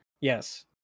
Yes